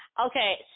Okay